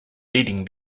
leading